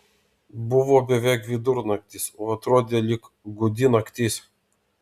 buvo beveik vidurnaktis o atrodė lyg gūdi naktis